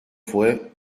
fue